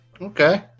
Okay